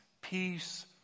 peace